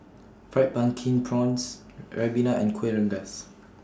Fried Pumpkin Prawns Ribena and Kueh Rengas